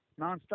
nonstop